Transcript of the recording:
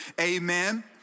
Amen